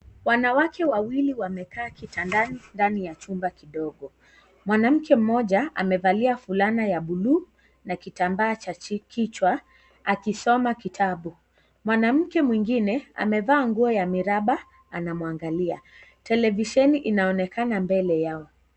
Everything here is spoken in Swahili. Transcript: Wanawake wawili wamekaa kitandani ndani ya chumba kidogo. Mwanamke mmoja amevalia fulana ya buluu na kitambaa cha kichwa akisoma kitabu. Mwanamke mwengine amevaa nguo ya miraba anamwangalia. Televisheni inaonekana mbele yao.